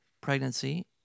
pregnancy